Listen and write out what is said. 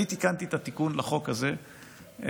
אני תיקנתי את התיקון לחוק הזה ב-2017.